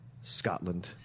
Scotland